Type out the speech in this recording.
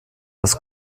das